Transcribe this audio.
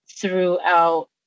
throughout